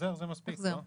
החזר זה מספיק, לא?